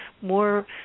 more